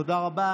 תודה רבה.